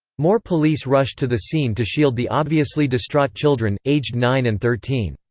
more police rushed to the scene to shield the obviously distraught children, aged nine and thirteen.